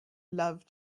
love